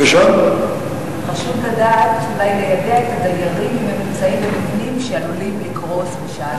חשוב אולי ליידע את הדיירים שהם נמצאים במבנים שעלולים לקרוס,